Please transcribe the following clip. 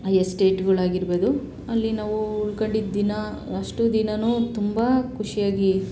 ಆ ಎಸ್ಟೇಟ್ಗಳಾಗಿರ್ಬೋದು ಅಲ್ಲಿ ನಾವು ಉಳ್ಕಂಡಿದ್ದ ದಿನ ಅಷ್ಟು ದಿನಾನು ತುಂಬ ಖುಷಿಯಾಗಿ